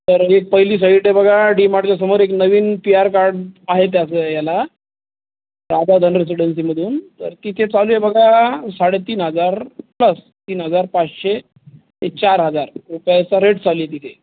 तर एक पहिली सईट आहे बघा डीमार्टच्या समोर एक नवीन पी आर कार्ड आहे त्याचं याला रेसिडेन्सीमधून तर तिथे चालू आहे बघा साडेतीन हजार प्लस तीन हजार पाचशे ते चार हजार रुपयाचा रेट चालू आहे तिथे